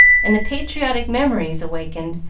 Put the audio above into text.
and the patriotic memories awakened,